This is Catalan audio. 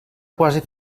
quasi